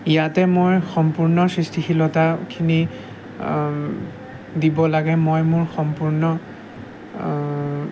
ইয়াতে মই সম্পূৰ্ণ সৃষ্টিশীলতাখিনি দিব লাগে মই মোৰ সম্পূৰ্ণ